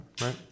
right